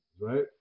right